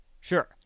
Sure